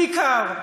בעיקר,